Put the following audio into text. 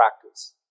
practice